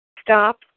stop